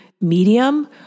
medium